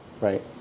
right